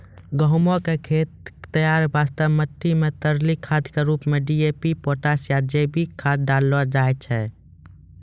गहूम के खेत तैयारी वास्ते मिट्टी मे तरली खाद के रूप मे डी.ए.पी पोटास या जैविक खाद डालल जाय छै